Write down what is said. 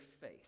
faith